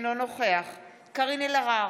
אינו נוכח קארין אלהרר,